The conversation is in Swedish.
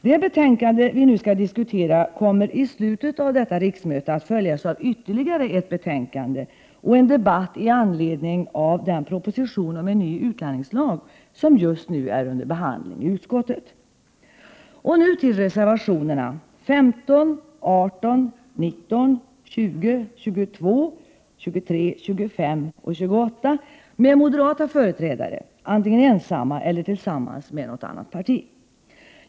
Det betänkande vi nu skall diskutera kommer i slutet av detta riksmöte att följas av ytterligare ett betänkande och en debatt i anledning av den proposition om en ny utlänningslag som just nu är under behandling i utskottet. Jag går nu över till reservationerna 15, 18, 19, 20, 22, 23, 25 och 28 med moderata företrädare, antingen ensamma eller tillsammans med företrädare för något annat parti.